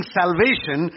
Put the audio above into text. salvation